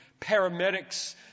Paramedics